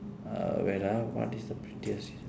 uh wait ah what is the pettiest